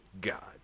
God